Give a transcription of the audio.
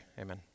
Amen